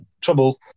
trouble